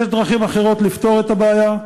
יש דרכים אחרות לפתור את הבעיה,